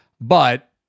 but-